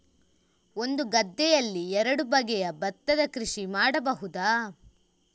ಒಂದು ಗದ್ದೆಯಲ್ಲಿ ಎರಡು ಬಗೆಯ ಭತ್ತದ ಕೃಷಿ ಮಾಡಬಹುದಾ?